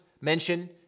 mention